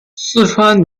四川